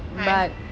!hais!